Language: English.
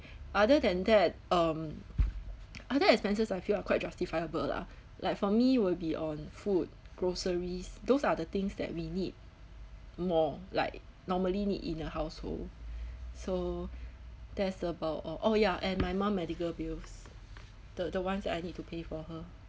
other than that um other expenses I feel are quite justifiable lah like for me will be on food groceries those are the things that we need more like normally need in a household so that's about oh ya and my mom medical bills the the ones that I need to pay for her